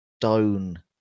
stone